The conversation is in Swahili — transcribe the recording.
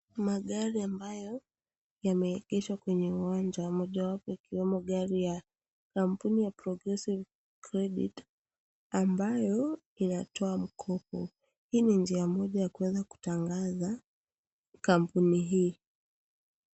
Magari ambayo, yameekeshwa kwenye uwanja, mojawapo ikiwemo gari ya kampuni ya Producing Credit ambayo, inatoa mkopo, hii ni njia moja ya kuweza kutangaza kampuni hii.